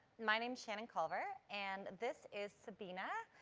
my name's shannon culver and this is sabina.